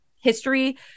history